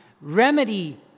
remedy